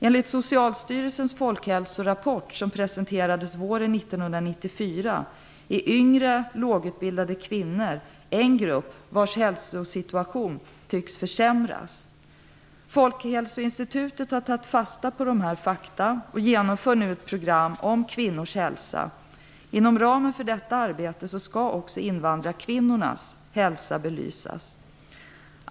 Enligt Socialstyrelsens folkhälsorapport, som presenterades våren 1994, är yngre, lågutbildade kvinnor en grupp vars hälsosituation tycks försämras. Folkhälsoinstitutet har tagit fasta på dessa fakta och genomför nu ett program om kvinnors hälsa. Inom ramen för detta arbete skall också invandrarkvinnornas hälsa belysas.